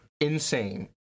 Insane